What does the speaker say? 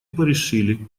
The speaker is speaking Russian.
порешили